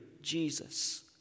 Jesus